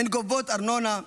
הן גובות ארנונה,